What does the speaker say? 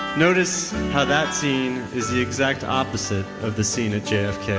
notice how that scene is the exact opposite of the scene at jfk. yeah